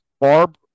barb